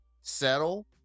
settle